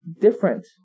different